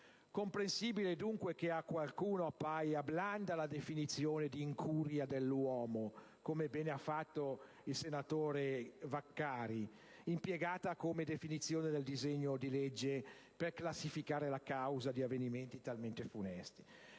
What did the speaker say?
Comprensibile, dunque, che a qualcuno appaia blanda la definizione di incuria dell'uomo, come ben ha fatto il senatore Vaccari, impiegata nel disegno di legge per classificare la causa di avvenimenti talmente funesti.